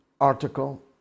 article